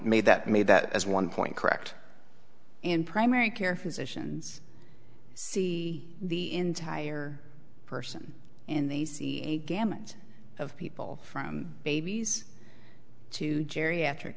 made that made that as one point correct in primary care physicians see the entire person in the gamut of people from babies to geriatric